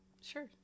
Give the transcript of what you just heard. Sure